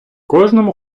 кожному